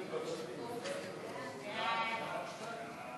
נא להצביע.